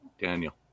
Daniel